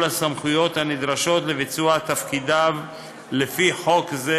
הסמכויות הנדרשות לביצוע תפקידיו לפי חוק זה,